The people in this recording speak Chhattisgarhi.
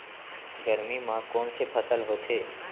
गरमी मा कोन से फसल होथे?